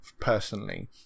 personally